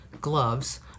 gloves